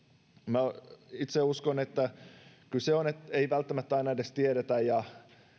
minä itse uskon että kyse on siitä että ei välttämättä aina edes tiedetä ja